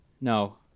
no